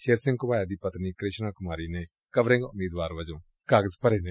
ਸ਼ੇਰ ਸਿੰਘ ਘੁਬਾਇਆ ਦੀ ਪਤਨੀ ਕੁਸ਼ਨਾ ਕੁਮਾਰੀ ਨੇ ਕਵਰਿੰਗ ਉਮੀਦਵਾਰ ਵਜੋਂ ਕਾਗਜ ਭਰੇ ਨੇ